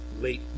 late